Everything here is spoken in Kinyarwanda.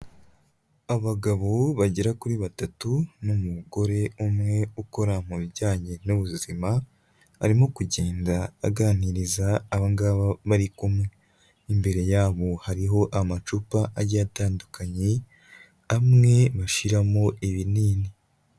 Abagabo bagera kuri batatu, n'umugore umwe ukora mu bijyanye n'ubuzima. Arimo kugenda aganiriza aba ngabo bari kumwe. Imbere yabo hariho amacupa agiye atandukanye, amwe bashiramo ibinini.